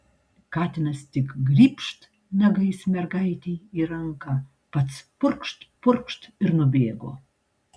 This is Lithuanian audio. katinas tik grybšt nagais mergaitei į ranką pats purkšt purkšt ir nubėgo